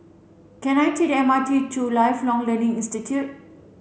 can I take the M R T to Lifelong Learning Institute